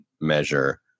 measure